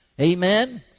amen